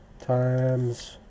Times